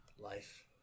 Life